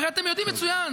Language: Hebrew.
הרי אתם יודעים מצוין,